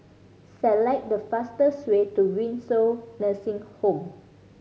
select the fastest way to Windsor Nursing Home